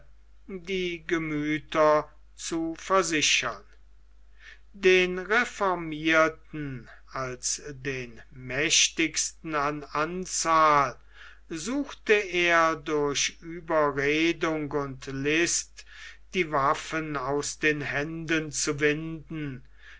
die gemüther zu versichern den reformierten als den mächtigsten an anzahl suchte er durch ueberredung und list die waffen aus den händen zu winden